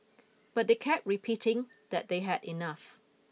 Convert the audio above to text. but they kept repeating that they had enough